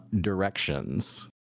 directions